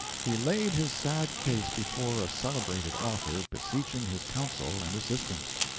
he laid his sad case before a celebrated author, beseeching his counsel and assistance.